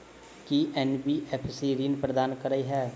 की NBFC ऋण प्रदान करे है?